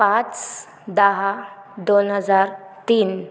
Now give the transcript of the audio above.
पाच दहा दोन हजार तीन